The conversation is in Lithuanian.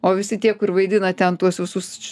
o visi tie kur vaidina ten tuos visus